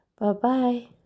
Bye-bye